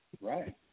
Right